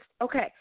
Okay